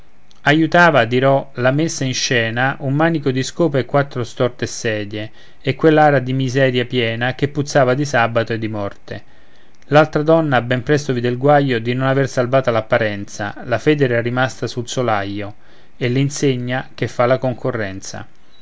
aiutava dirò la messa in scena un manico di scopa e quattro storte sedie e quell'aria di miseria piena che puzzava di sabato e di morte l'altra donna ben presto vide il guaio di non aver salvata l'apparenza la fede era rimasta sul solaio è l'insegna che fa la concorrenza